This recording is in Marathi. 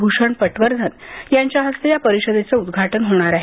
भूषण पटवर्धन यांच्या हस्ते या परिषदेचं उद्घाटन होणार आहे